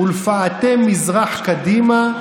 "ולפאתי מזרח קדימה /